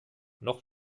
noch